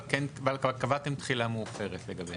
אבל כן קבעתם תחילה מאוחרת לגביהם.